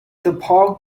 the